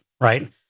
right